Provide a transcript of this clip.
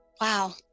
Wow